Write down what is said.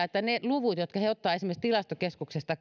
että ne luvut jotka he keräävät esimerkiksi tilastokeskuksesta